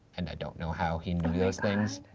and i don't know how he knew those things,